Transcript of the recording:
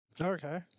Okay